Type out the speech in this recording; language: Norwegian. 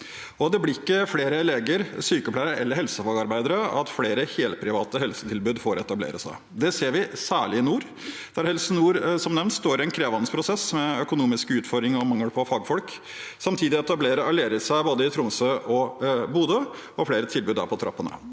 Det blir ikke flere leger, sykepleiere eller helsefagarbeidere av at flere helprivate helsetilbud får etablere seg. Det ser vi særlig i nord, der Helse nord, som nevnt, står i en krevende prosess med økonomiske utfordringer og mangel på fagfolk. Samtidig etablerer Aleris seg i både Tromsø og Bodø, og flere tilbud er på trappene.